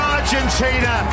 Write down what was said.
Argentina